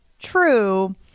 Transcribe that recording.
true